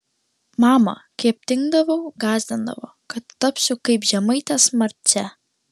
mama kai aptingdavau gąsdindavo kad tapsiu kaip žemaitės marcė